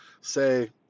say